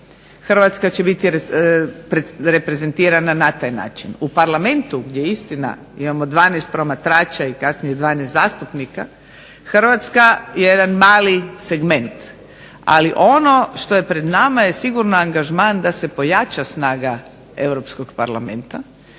Hrvatska će biti reprezentirana na taj način. U Parlamentu gdje istina imamo 12 promatrača i kasnije 12 zastupnika Hrvatska je jedan mali segment. Ali ono što je pred nama je sigurno angažman da se pojača snaga Europskog parlamenta